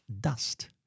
dust